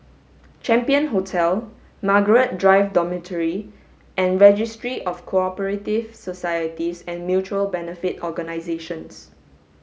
Champion Hotel Margaret Drive Dormitory and Registry of Co operative Societies and Mutual Benefit Organisations